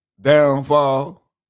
downfall